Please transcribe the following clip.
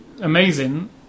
amazing